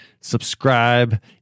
Subscribe